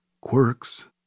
quirks